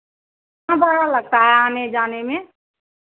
कितना भाड़ा लगता है आने जाने में